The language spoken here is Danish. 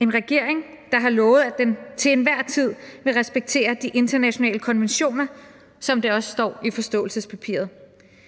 en regering, der har lovet, at den til enhver tid vil respektere de internationale konventioner, som det også står i forståelsespapiret.